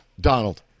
Donald